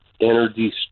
energy